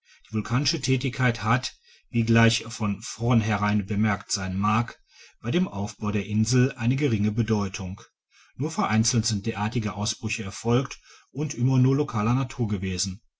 vulkanische tätigkeit hat wie gleich von vornherein bemerkt sein mag bei dem aufbau der insel eine geringe bedeutung nur vereinzelt sind derartige ausbrüche erfolgt und immer nur lokaler natur gewesen